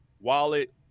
wallet